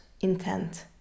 intent